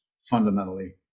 fundamentally